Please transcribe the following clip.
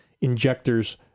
Injectors